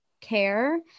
care